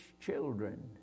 children